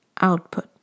output